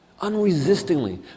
unresistingly